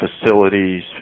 facilities